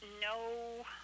no